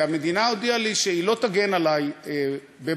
והמדינה הודיעה לי שהיא לא תגן עלי בבג"ץ.